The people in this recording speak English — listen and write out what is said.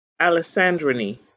Alessandrini